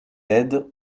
led